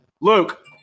Luke